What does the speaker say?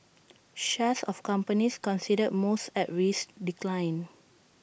shares of companies considered most at risk declined